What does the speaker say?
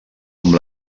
amb